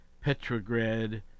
Petrograd